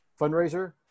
fundraiser